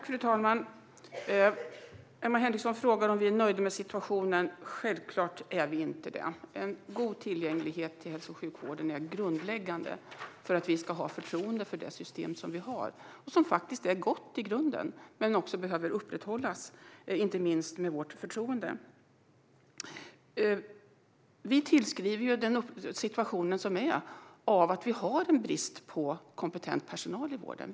Fru talman! Emma Henriksson frågade om vi är nöjda med situationen. Självklart är vi inte det. En god tillgänglighet till hälso och sjukvård är grundläggande för att det ska finnas förtroende för det system som vi har. Detta system är gott i grunden men behöver upprätthållas - inte minst gäller detta vårt förtroende. Vi anser att den situation som råder beror på brist på kompetent personal inom vården.